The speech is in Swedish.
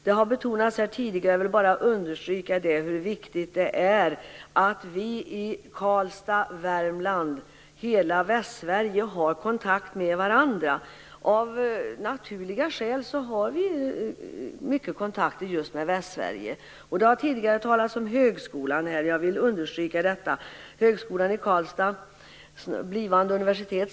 Det har betonats här tidigare, men jag vill understryka hur viktigt det är att vi i Karlstad, Värmland och hela Västsverige har kontakt med varandra. Av naturliga skäl har Värmland mycket kontakt just med Västsverige. Det har tidigare talats om högskolan i Karlstad, blivande universitet.